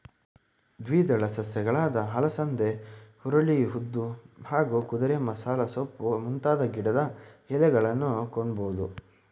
ದ್ವಿದಳ ಸಸ್ಯಗಳಾದ ಅಲಸಂದೆ ಹುರುಳಿ ಉದ್ದು ಹಾಗೂ ಕುದುರೆಮಸಾಲೆಸೊಪ್ಪು ಮುಂತಾದ ಗಿಡದ ಎಲೆಯನ್ನೂ ಕೊಡ್ಬೋದು